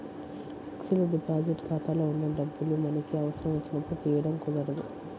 fixed deposit ఖాతాలో ఉన్న డబ్బులు మనకి అవసరం వచ్చినప్పుడు తీయడం కుదరదు